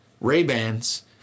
Ray-Bans